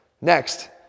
Next